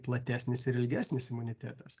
platesnis ir ilgesnis imunitetas